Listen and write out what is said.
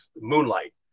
moonlight